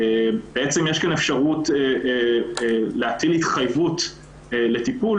בעצם ישנה אפשרות להטיל התחייבות לטיפול